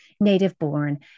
native-born